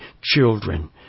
children